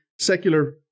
secular